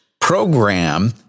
program